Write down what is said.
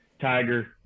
Tiger